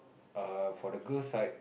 err for the girls side